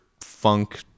funk